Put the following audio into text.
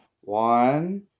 One